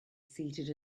seated